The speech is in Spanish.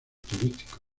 turísticos